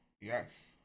Yes